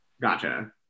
Gotcha